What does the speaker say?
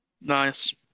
Nice